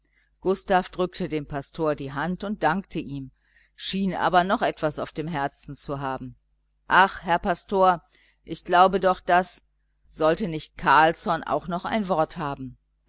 gustav drückte dem pastor die hand und dankte ihm schien aber noch etwas auf dem herzen zu haben ach herr pastor ich glaube doch daß sollte nicht carlsson auch noch ein wort haben